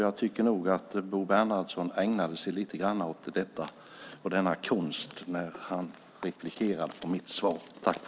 Jag tycker nog att Bo Bernhardsson ägnade sig lite grann åt denna senare konst när han replikerade på mitt svar.